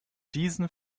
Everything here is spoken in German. diesen